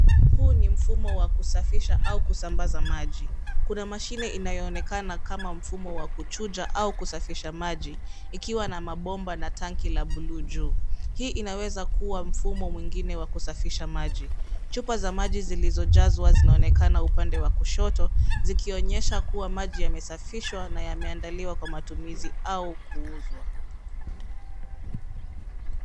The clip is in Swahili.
Huu ni mfumo wa kusafisha au kusambaza maji. Kuna mashine inayoonekana kama mfumo wa kuchuja au kusafisha maji ikiwa na mabomba na tanki la buluu juu. Hii inaweza kuwa mfumo mwingine wa kusafisha maji. Chupa za maji zilizojazwa zinaonekana upande wa kushoto zikionyesha kuwa maji yamesafishwa na yameandaliwa kwa matumizi au kuuzwa.